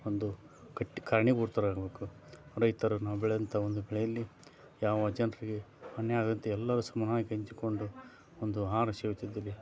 ಒಂದು ಗಟ್ಟಿ ಕಾರಣೀಭೂತರಾಗಬೇಕು ರೈತರು ನಾವು ಬೆಳೆದಂಥ ಒಂದು ಬೆಳೆಯಲ್ಲಿ ಯಾವ ಜನರಿಗೆ ಅನ್ಯಾಯಾಗದಂತೆ ಎಲ್ಲರೂ ಸಮನಾಗಿ ಹಂಚಿಕೊಂಡು ಒಂದು ಆಹಾರ